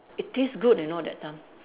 it taste good you know that time